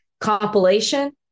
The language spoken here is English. compilation